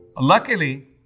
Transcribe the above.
Luckily